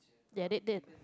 ya that that